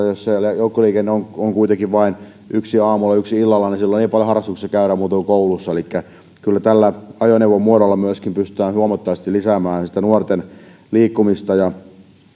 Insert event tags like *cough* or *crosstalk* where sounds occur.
*unintelligible* jos siellä joukkoliikennettä on on vain yksi aamulla ja yksi illalla niin silloin ei paljon harrastuksissa käydä muuta kuin koulussa elikkä kyllä tällä ajoneuvomuodolla pystytään huomattavasti lisäämään nuorten liikkumista ja